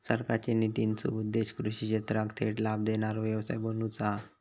सरकारचे नितींचो उद्देश्य कृषि क्षेत्राक थेट लाभ देणारो व्यवसाय बनवुचा हा